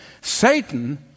Satan